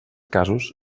casos